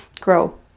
grow